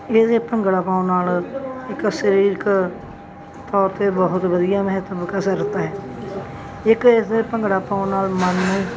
ਇਵੇਂ ਭੰਗੜਾ ਪਾਉਣ ਨਾਲ ਇੱਕ ਸਰੀਰਕ ਤੌਰ 'ਤੇ ਬਹੁਤ ਵਧੀਆ ਮਹੱਤਵ ਕਸਰਤ ਆ ਇੱਕ ਐਸੇ ਭੰਗੜਾ ਪਾਉਣ ਨਾਲ ਮਨ ਨੂੰ